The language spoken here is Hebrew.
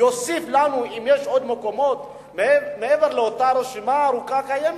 יוסיף לנו אם יש עוד מקומות מעבר לאותה רשימה ארוכה קיימת,